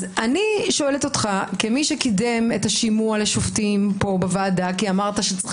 אני שואלת אותך כמי שקידם את השימוע לשופטים פה בוועדה כי אמרת שצריך